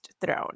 throne